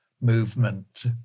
movement